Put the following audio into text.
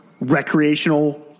recreational